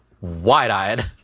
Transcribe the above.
wide-eyed